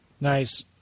Nice